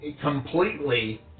completely